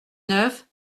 neuf